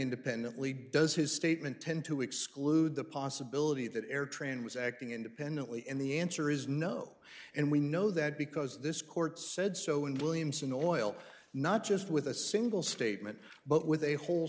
independently does his statement tend to exclude the possibility that air tran was acting independently and the answer is no and we know that because this court said so and williamson oil not just with a single statement but with a whole